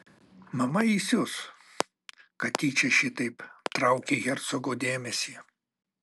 mama įsius kad tyčia šitaip traukei hercogo dėmesį